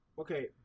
Okay